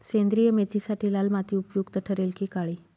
सेंद्रिय मेथीसाठी लाल माती उपयुक्त ठरेल कि काळी?